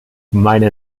meine